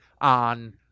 on